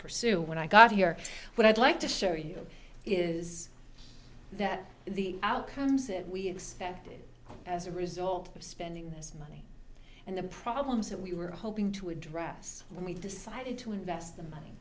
pursue when i got here what i'd like to show you is that the outcomes that we expected as a result of spending this money and the problems that we were hoping to address when we decided to invest the money